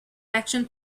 action